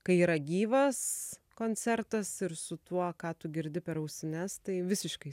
kai yra gyvas koncertas ir su tuo ką tu girdi per ausines tai visiškai